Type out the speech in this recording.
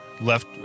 left